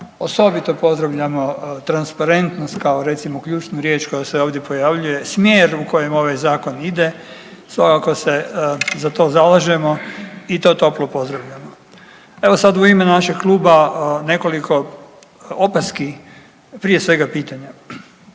osobito pozdravljamo transparentnost kao recimo ključnu riječ koja se ovdje pojavljuje, smjer u kojem ovaj zakon ide, svakako se za to zalažemo i to toplo pozdravljamo. Evo sad u ime našeg kluba nekoliko opaski, prije svega pitanja.